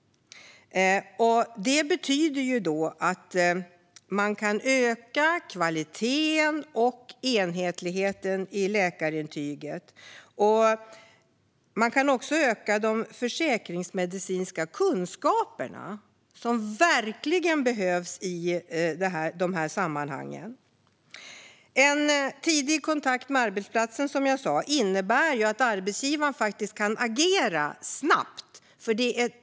Det betyder att man kan öka kvaliteten och enhetligheten i läkarintygen. Man kan också öka de försäkringsmedicinska kunskaperna, som verkligen behövs i dessa sammanhang. En tidig kontakt med arbetsplatsen innebär att arbetsgivaren kan agera snabbt.